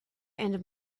and